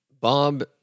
Bob